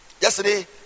Yesterday